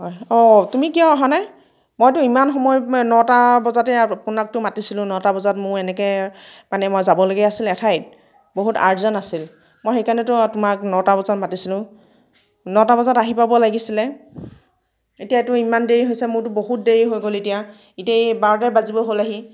অঁ অঁ তুমি কিয় অহা নাই মইতো ইমান সময় নটা বজাতে আৰু আপোনাকতো মাতিছিলোঁ নটা বজাত মোৰ এনেকে মানে মই যাবলগীয়া আছিল এঠাইত বহুত আৰজেন্ট আছিল মই সেইকাৰণেতো তোমাক নটা বজাত মাতিছিলোঁ নটা বজাত আহি পাব লাগিছিলে এতিয়াতো ইমান দেৰি হৈছে মোৰতো বহুত দেৰি হৈ গ'ল এতিয়া এতিয়া এই বাৰটাই বাজিব হ'ল আহি